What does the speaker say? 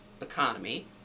economy